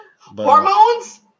Hormones